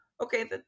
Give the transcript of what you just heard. Okay